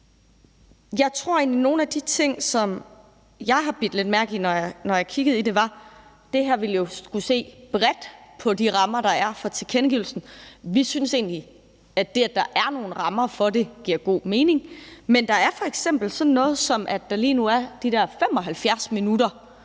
Jeg tror egentlig, at nogle af de ting, som jeg har bidt lidt mærke i, når jeg har kigget på det, var, at man med det her jo ville skulle se bredt på de rammer, der er for tilkendegivelsen. Vi synes egentlig, at det, at der er nogle rammer for det, giver god mening, men der er f.eks. sådan noget, som at der lige nu er skrevet de der 75 minutters